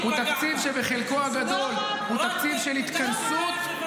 הוא תקציב שבחלקו הגדול הוא תקציב של התכנסות.